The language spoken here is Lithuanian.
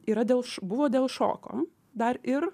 yra dėl šo buvo dėl šoko dar ir